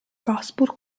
gospel